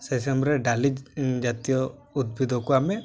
ସେ ସମୟରେ ଡାଲି ଜାତୀୟ ଉଦ୍ଭିଦକୁ ଆମେ